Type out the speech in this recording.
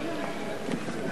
נתקבלה.